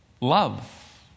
love